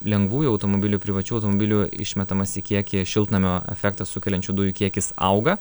lengvųjų automobilių privačių automobilių išmetamas į kiekį šiltnamio efektą sukeliančių dujų kiekis auga